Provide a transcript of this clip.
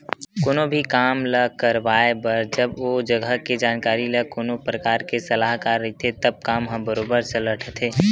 कोनो भी काम ल करवाए बर जब ओ जघा के जानकार ते कोनो परकार के सलाहकार रहिथे तब काम ह बरोबर सलटथे